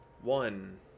One